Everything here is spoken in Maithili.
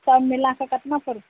सब मिलाके केतना पड़त